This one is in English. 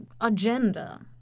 agenda